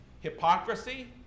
hypocrisy